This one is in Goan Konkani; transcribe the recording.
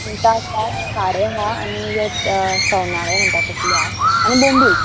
मिरसांग आसता खारें हां आनी सौनाळे म्हणटा तसले आहा आनी बॉम्बील